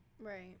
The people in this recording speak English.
right